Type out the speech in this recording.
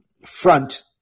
front